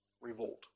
revolt